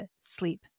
sleep